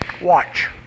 Watch